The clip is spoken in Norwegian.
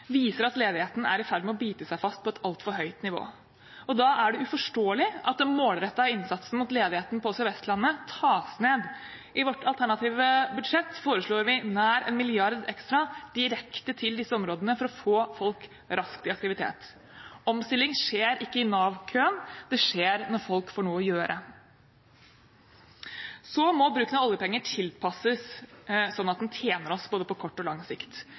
viser at ledigheten er i ferd med å bite seg fast på et altfor høyt nivå. Da er det uforståelig at den målrettede innsatsen mot ledigheten på Sør-Vestlandet tas ned. I vårt alternative budsjett foreslår vi nær 1 mrd. kr ekstra direkte til disse områdene for å få folk raskt i aktivitet. Omstilling skjer ikke i Nav-køen, det skjer når folk får noe å gjøre. Så må bruken av oljepenger tilpasses sånn at den tjener oss både på kort og på lang sikt.